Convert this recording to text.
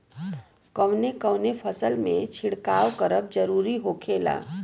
कवने कवने फसल में छिड़काव करब जरूरी होखेला?